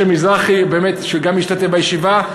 משה מזרחי, באמת, גם השתתף בישיבה.